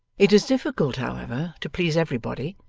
it is difficult, however, to please everybody,